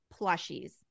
plushies